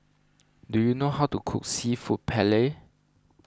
do you know how to cook Seafood Paella